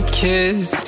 kiss